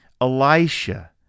Elisha